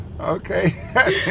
Okay